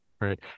right